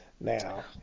now